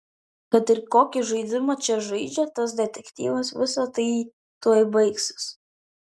kad ir kokį žaidimą čia žaidžia tas detektyvas visa tai tuoj baigsis